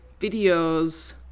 videos